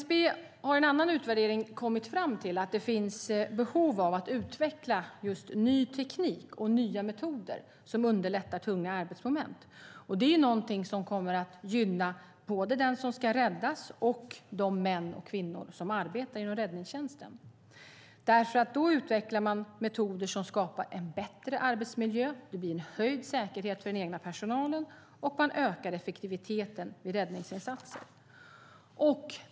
MSB har i en annan utvärdering kommit fram till att det finns behov av att utveckla just ny teknik och nya metoder som underlättar tunga arbetsmoment. Det är någonting som kommer att gynna både dem som ska räddas och de män och kvinnor som arbetar inom räddningstjänsten. Då utvecklar man nämligen metoder som skapar en bättre arbetsmiljö, det blir en höjd säkerhet för den egna personalen och man ökar effektiviteten i räddningsinsatser.